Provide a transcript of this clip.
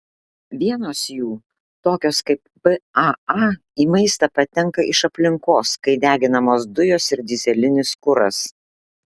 vienos jų tokios kaip paa į maistą patenka iš aplinkos kai deginamos dujos ir dyzelinis kuras